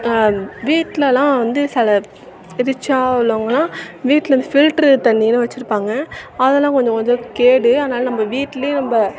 வீட்லலாம் வந்து சில ரிச்சா உள்ளவங்களாம் வீட்டில் இந்த ஃபில்ட்ரு தண்ணினு வச்சிருப்பாங்க அதெல்லாம் கொஞ்சம் கொஞ்சம் கேடு அதனால் நம்ம வீட்லேயும் நம்ப